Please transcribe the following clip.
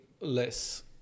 less